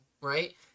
right